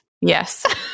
Yes